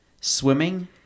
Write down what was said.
swimming